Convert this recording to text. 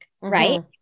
right